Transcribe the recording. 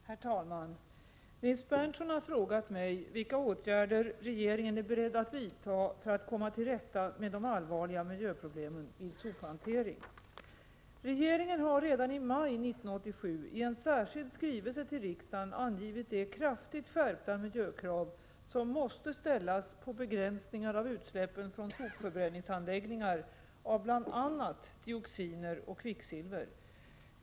Herr talman! Nils Berndtson har frågat mig vilka åtgärder regeringen är beredd att vidta för att komma till rätta med de allvarliga miljöproblemen vid sophantering. Regeringen har redan i maj 1987 i en särskild skrivelse till riksdagen angivit de kraftigt skärpta miljökrav som måste ställas på begränsningar av utsläppen från sopförbränningsanläggningar av bl.a. dioxiner och kvicksilver.